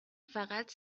فقط